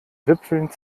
wipfeln